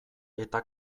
eta